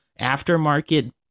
aftermarket